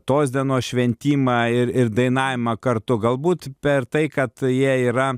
tos dienos šventimą ir ir dainavimą kartu galbūt per tai kad jie yra